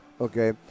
Okay